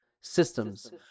Systems